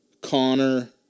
Connor